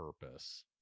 purpose